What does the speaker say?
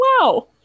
Wow